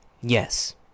Yes